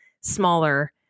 smaller